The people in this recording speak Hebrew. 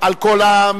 על כל המגזר,